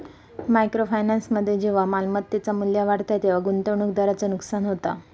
micro फायनान्समध्ये जेव्हा मालमत्तेचा मू्ल्य वाढता तेव्हा गुंतवणूकदाराचा नुकसान होता